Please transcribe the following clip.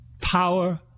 power